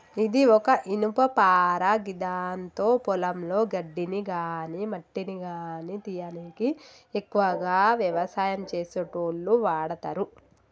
ఇది ఒక ఇనుపపార గిదాంతో పొలంలో గడ్డిని గాని మట్టిని గానీ తీయనీకి ఎక్కువగా వ్యవసాయం చేసేటోళ్లు వాడతరు